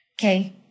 Okay